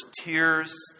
Tears